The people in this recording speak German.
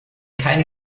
keine